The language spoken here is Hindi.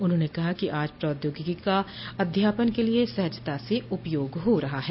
उन्होंने कहा कि आज प्रौद्योगिकी का अध्यापन के लिए सहजता से उपयोग हो रहा है